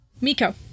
Miko